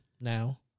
now